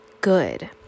good